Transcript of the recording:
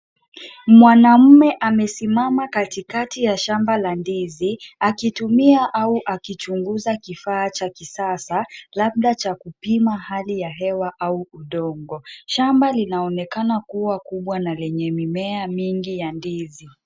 Mwanamme amesimama katikati ya shamba la ndizi, akitumia au akichunguza kifaa cha kisasa, labda cha kupima hali ya hewa au udongo. Shamba linaonekana kuwa kubwa na lenye mimea mingi ya ndizi.